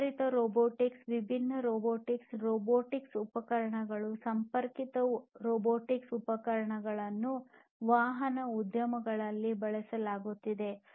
ಸುಧಾರಿತ ರೊಬೊಟಿಕ್ಸ್ ವಿಭಿನ್ನ robotics robotic ಉಪಕರಣಗಳು ಸಂಪರ್ಕಿತ ರೊಬೊಟಿಕ್ ಉಪಕರಣಗಳನ್ನು ವಾಹನ ಉದ್ಯಮಗಳಲ್ಲಿ ಬಳಸಲಾಗುತ್ತಿದೆ